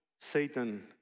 Satan